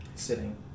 Sitting